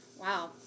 wow